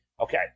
Okay